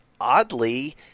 oddly